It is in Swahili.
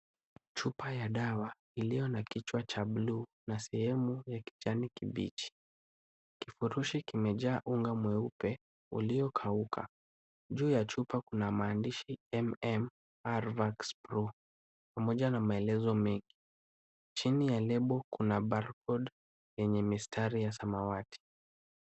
Chupa ya dawa iliyo kichwa cha blue na sehemu ya kijani kibichi. Kifurushi kimejaa unga mweupe uliokauka. Juu ya chupa kuna maandishi MM rvaxpro pamoja na maelezo mengi. Chini ya lebo kuna barcode yenye mistari ya samawati.